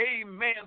Amen